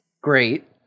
great